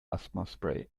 asthmaspray